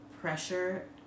pressure